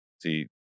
See